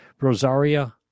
Rosaria